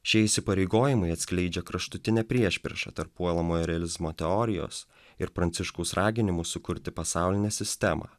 šie įsipareigojimai atskleidžia kraštutinę priešpriešą tarp puolamojo realizmo teorijos ir pranciškaus raginimus sukurti pasaulinę sistemą